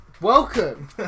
Welcome